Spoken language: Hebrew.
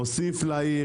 מוסיף לעיר,